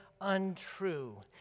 untrue